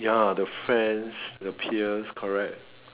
ya the friends the peers correct